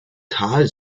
tal